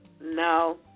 no